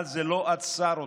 אבל זה לא עצר אותם,